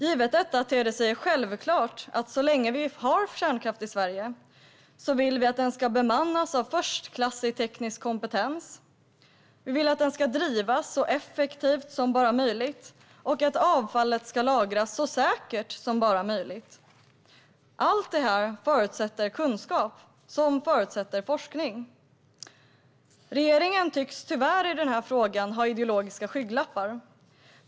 Givet detta ter det sig självklart att så länge vi har kärnkraftverk i Sverige vill vi att de ska bemannas med förstklassig teknisk kompetens. Vi vill att de ska drivas så effektivt som möjligt och att avfallet ska lagras så säkert som möjligt. Allt det förutsätter kunskap, som förutsätter forskning. Regeringen tycks tyvärr ha ideologiska skygglappar i denna fråga.